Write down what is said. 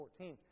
14